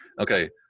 Okay